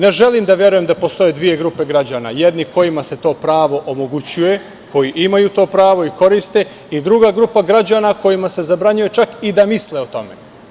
Ne želim da verujem da postoje dve grupe građana - jedni kojima se to pravo omogućuje, koji imaju to pravo i koriste i druga grupa građana kojima se zabranjuje čak i da misle o tome.